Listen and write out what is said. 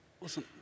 Listen